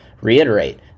reiterate